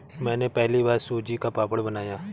मैंने पहली बार सूजी का पापड़ बनाया